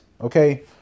Okay